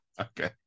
okay